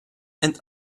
and